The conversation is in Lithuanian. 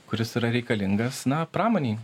kuris yra reikalingas na pramonei